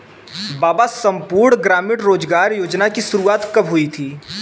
बाबा संपूर्ण ग्रामीण रोजगार योजना की शुरुआत कब हुई थी?